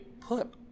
put